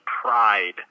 pride